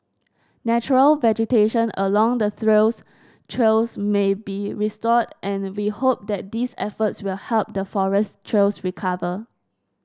natural vegetation along the trails may be restored and we hope that these efforts will help the forest trails recover